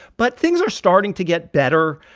but things are starting to get better.